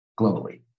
globally